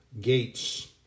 gates